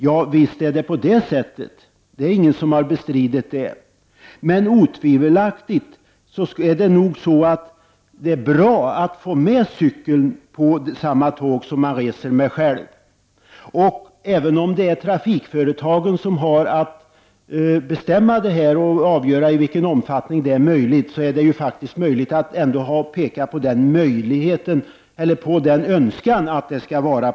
Ja, visst är det på det sättet, ingen har bestridit det, men otvivelaktigt är det bra att få med cykeln på samma tåg som man själv reser med. Även om det är trafikföretagen som har att avgöra i vilken omfattning detta är möjligt, är det ändå viktigt att peka på den önskan som finns hos resenärerna.